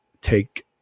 take